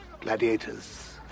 gladiators